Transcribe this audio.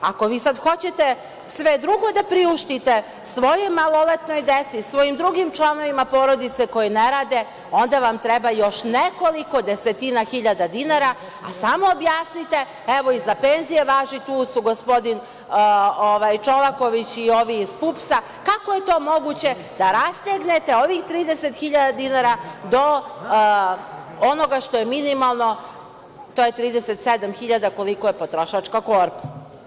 Ako hoćete sve drugo da priuštite svojoj maloletnoj deci, svojim drugim članovima porodice koji ne rade, onda vam treba još nekoliko desetina hiljada dinara, a samo objasnite, evo i za penzije važi, tu su gospodin Čolaković i ovi iz PUPS-a, kako je to moguće da rastegnete ovih 30.000 dinara do onoga što je minimalno, a to je 37.000 dinara, koliko je prosečna potrošačka korpa?